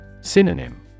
Synonym